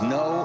no